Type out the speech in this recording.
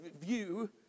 view